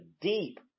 deep